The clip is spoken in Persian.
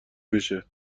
بشه